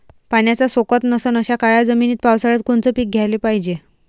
पाण्याचा सोकत नसन अशा काळ्या जमिनीत पावसाळ्यात कोनचं पीक घ्याले पायजे?